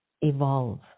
evolve